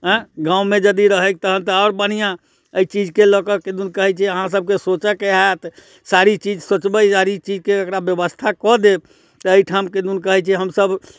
आँय गाममे यदि रहै तखन तऽ आओर बढ़िआँ एहि चीजके लऽ कऽ किदुन कहै छै अहाँसभके सोचयके हैत सारी चीज सोचबै सारी चीजके एकरा व्यवस्था कऽ देब तऽ एहिठाम किदुन कहै छै हमसभ